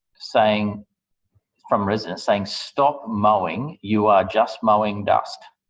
saying from residents, saying stop mowing, you are just mowing dust.